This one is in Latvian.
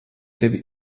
tevi